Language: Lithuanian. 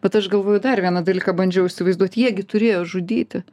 bet aš galvoju dar vieną dalyką bandžiau įsivaizduot jie gi turėjo žudyti